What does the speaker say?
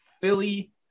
Philly